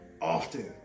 often